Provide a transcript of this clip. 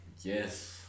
yes